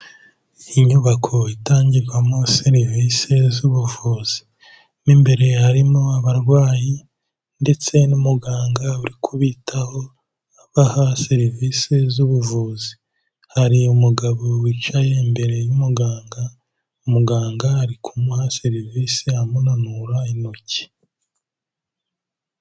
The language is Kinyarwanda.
Inyubako itangirwamo, serivise z'ubuvuzi. Mo imbere harimo abarwayi, ndetse n'umuganga uri kubitaho, abaha serivise z'ubuvuzi. Hari umugabo wicaye imbere y'umuganga, umuganga ari kumuha serivise, amunanura intoki.